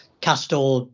Castor